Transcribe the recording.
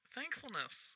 Thankfulness